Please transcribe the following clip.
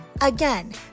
Again